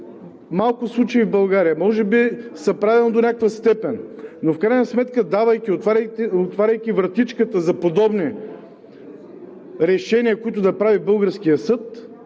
тези случаи в България и може би са правилни до някаква степен. В крайна сметка, давайки и отваряйки вратичката за подобни решения, които да прави българският съд,